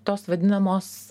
tos vadinamos